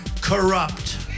corrupt